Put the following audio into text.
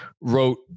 wrote